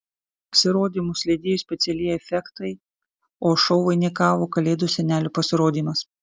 pasirodymus lydėjo specialieji efektai o šou vainikavo kalėdų senelio pasirodymas